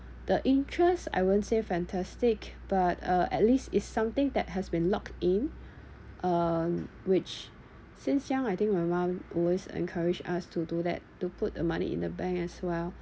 the interest I won't say fantastic but uh at least is something that has been locked in uh which since young I think my mum always encouraged us to do that to put the money in the bank as well